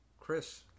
Chris